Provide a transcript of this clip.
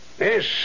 Yes